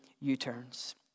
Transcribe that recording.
U-turns